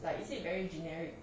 like is it very generic